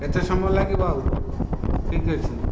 କେତେ ସମୟ ଲାଗିବ ଆଉ ଠିକ ଅଛି